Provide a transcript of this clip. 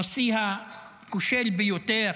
הנשיא הכושל ביותר,